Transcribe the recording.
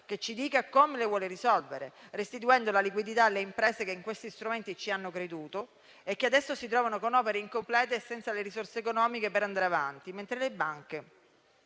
che ci dica come le vuole risolvere, restituendo la liquidità alle imprese che in questi strumenti hanno creduto e che adesso si trovano con opere incomplete e senza le risorse economiche per andare avanti, mentre le banche